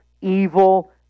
evil